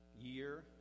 year